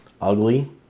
ugly